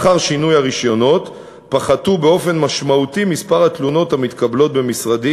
אחרי שינוי הרישיונות פחת באופן ניכר מספר התלונות המתקבלות במשרדי